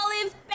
olive